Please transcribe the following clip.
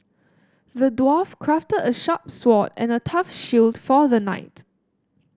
the dwarf crafted a sharp sword and a tough shield for the knight